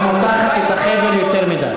את מותחת את החבל יותר מדי.